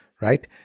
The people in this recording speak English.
Right